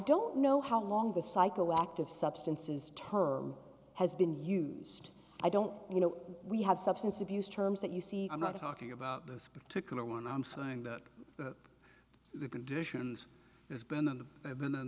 don't know how long the cycle walked of substances term has been used i don't you know we have substance abuse terms that you see i'm not talking about this particular one i'm saying that the conditions he's been in the have been in